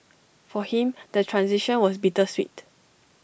for him the transition was bittersweet